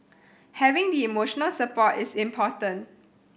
having the emotional support is important